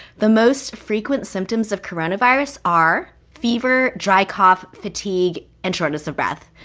the most frequent symptoms of coronavirus are fever, dry cough, fatigue and shortness of breath.